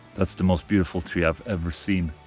that's the most beautiful tree i've ever seen